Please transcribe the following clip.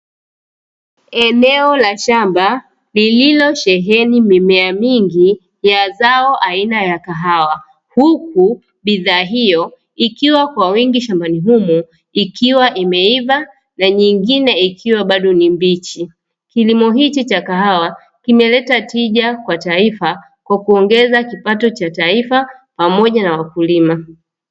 Eneo la shamba lililosheheni mimea mingi ya zao aina ya kahawa, huku bidhaa hiyo ikiwa kwa wingi shambani humo ikiwa imeiva na nyingine ikiwa bado ni mbichi, kilimo hiki cha kahawa kimeleta tija kwa taifa kwa kuongeza kipato cha taifa pamoja na wakulima.